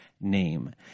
name